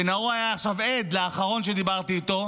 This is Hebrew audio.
ונאור היה עכשיו עד לאחרון שדיברתי איתו,